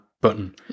button